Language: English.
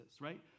right